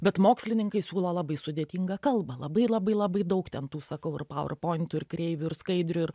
bet mokslininkai siūlo labai sudėtingą kalbą labai labai labai daug ten tų sakau ir pauerpointų ir kreivių ir skaidrių ir